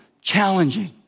challenging